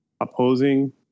opposing